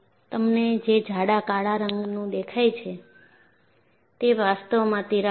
તમને જે જાડા કાળા રંગનું દેખાય છે તે વાસ્તવમાં તિરાડ છે